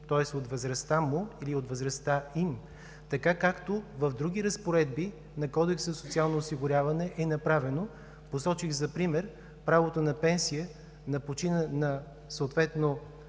тоест от възрастта му, или от възрастта им, така както в други разпоредби на Кодекса за социално осигуряване е направено. Посочих за пример правото на пенсия на съответно